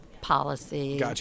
policy